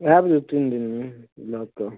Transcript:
आएब दू तीन दिनमे लऽ कऽ